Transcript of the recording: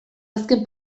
azken